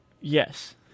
Yes